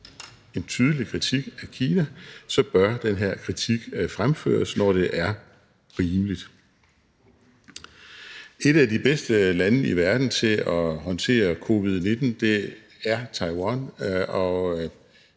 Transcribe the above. en tydelig kritik af Kina, og når den er rimelig, så bør den her kritik fremføres, Et af de bedste lande i verden til at håndtere covid-19 er Taiwan,